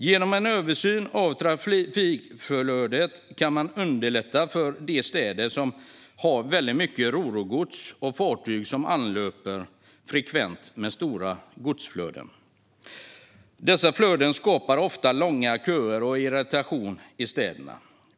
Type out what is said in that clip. Genom en översyn av trafikflödet kan man underlätta för de städer som har mycket rorogods och fartyg som anlöper frekvent med stora godsflöden, vilket ofta skapar långa köer och irritation i städerna.